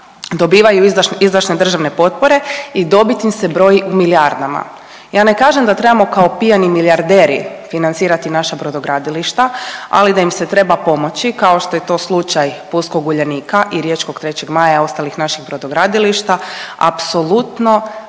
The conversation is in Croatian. dobivaju izdašne državne potpore i dobit im se broj u milijardama. Ja ne kažem da trebamo kao pijani milijarderi financirati naša brodogradilišta, ali da im se treba pomoći kao što je to slučaj pulskog Uljanika i riječkog 3. Maja i ostalih naših brodogradilišta, apsolutno